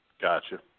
Gotcha